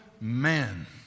man